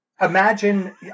Imagine